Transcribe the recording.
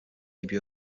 debut